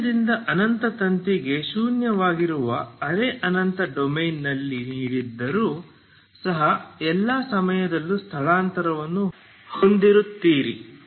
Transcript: ಶೂನ್ಯದಿಂದ ಅನಂತ ತಂತಿಗೆ ಶೂನ್ಯವಾಗಿರುವ ಅರೆ ಅನಂತ ಡೊಮೇನ್ನಲ್ಲಿ ನೀಡಿದ್ದರೂ ಸಹ ನೀವು ಎಲ್ಲ ಸಮಯದಲ್ಲೂ ಸ್ಥಳಾಂತರವನ್ನು ಹೊಂದಿರುತ್ತೀರಿ